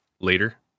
later